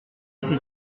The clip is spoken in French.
faites